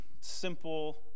simple